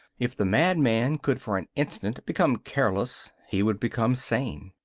if the madman could for an instant become careless, he would become sane.